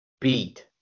beat